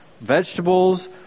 vegetables